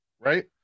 right